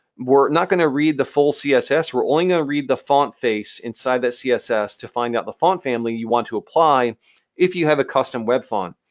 we're not going to read the full css. we're only going to read the font face inside the css to find out the font family you want to apply if you have a custom web font.